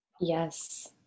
Yes